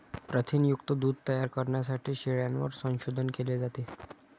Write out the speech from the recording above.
प्रथिनयुक्त दूध तयार करण्यासाठी शेळ्यांवर संशोधन केले जाते